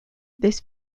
this